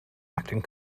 acting